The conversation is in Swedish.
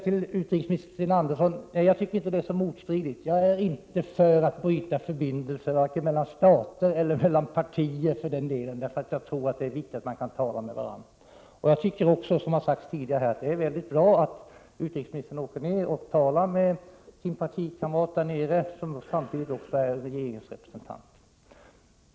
Till utrikesminister Sten Andersson vill jag säga att jag inte anser att det jag sagt är motstridigt. Jag är inte för att avbryta förbindelser mellan stater eller mellan partier. Jag tror nämligen att det är viktigt att man kan tala med varandra. Också jag tycker det är bra att utrikesministern reser till Israel och talar med sin partikamrat där nere, som ju samtidigt är regeringens representant.